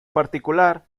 particular